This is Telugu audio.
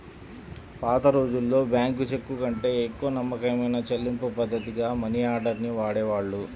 పాతరోజుల్లో బ్యేంకు చెక్కుకంటే ఎక్కువ నమ్మకమైన చెల్లింపుపద్ధతిగా మనియార్డర్ ని వాడేవాళ్ళు